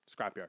scrapyard